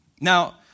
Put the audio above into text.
Now